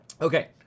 Okay